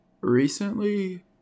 recently